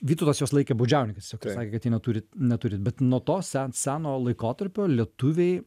vytautas juos laikė baudžiauninkais tiesiog pasakė kad jie neturi neturi bet nuo to sen seno laikotarpio lietuviai